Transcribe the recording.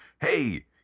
hey